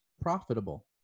profitable